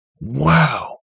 Wow